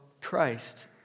Christ